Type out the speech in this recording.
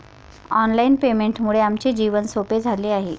online पेमेंटमुळे आमचे जीवन सोपे झाले आहे